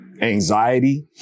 anxiety